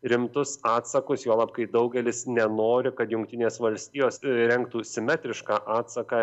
rimtus atsakus juolab kai daugelis nenori kad jungtinės valstijos rengtų simetrišką atsaką